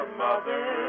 mother